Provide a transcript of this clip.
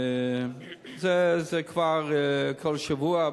זה כבר כל שבוע.